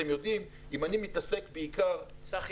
צחי,